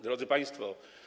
Drodzy Państwo!